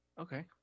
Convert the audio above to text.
okay